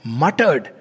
muttered